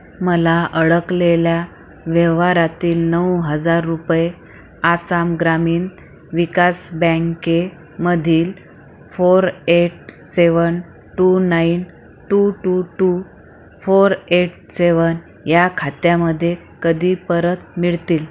मला अडकलेल्या व्यवहारातील नऊ हजार रुपये आसाम ग्रामीण विकास बँकेमधील four eight seven two nine two two two four eight seven या खात्यामध्ये कधी परत मिळतील